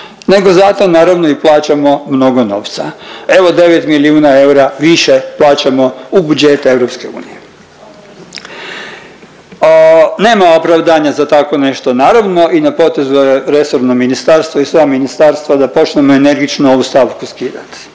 nego zato naravno i plaćamo mnogo novca. Evo devet milijuna eura više plaćamo u budžet EU. Nema opravdanja za tako nešto naravno i na potezu je resorno ministarstvo i sva ministarstva da počnemo energično ovu stavku skidat.